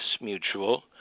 Mutual